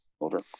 over